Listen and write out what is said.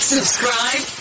Subscribe